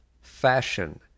fashion